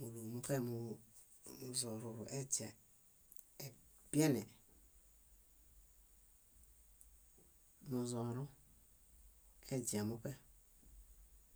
múlu muṗe muzõrũeźia, ebiane muzõrũeźiamuṗe.